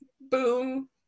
boom